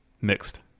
Mixed